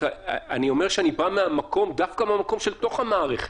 אני אומר שאני בא דווקא מהמקום של תוך המערכת.